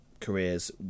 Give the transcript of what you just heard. careers